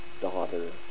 daughter